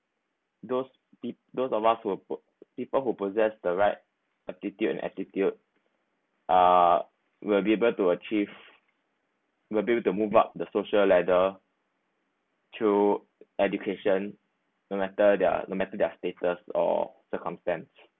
those pe~ those of us who people who possess the right attitude and aptitude uh will be able to achieve will be able to move up the social ladder through education no matter their no matter their status or circumstance